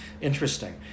interesting